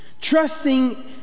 trusting